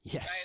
Yes